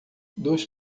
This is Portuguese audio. duas